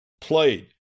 played